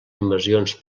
invasions